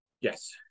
yes